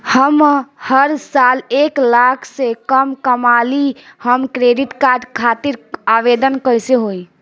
हम हर साल एक लाख से कम कमाली हम क्रेडिट कार्ड खातिर आवेदन कैसे होइ?